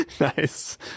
Nice